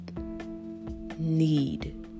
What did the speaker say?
need